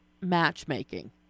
matchmaking